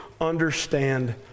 understand